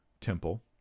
temple